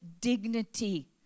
dignity